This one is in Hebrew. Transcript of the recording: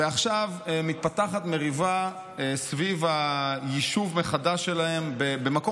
ועכשיו מתפתחת מריבה סביב היישוב מחדש שלהם במקום